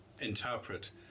interpret